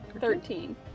Thirteen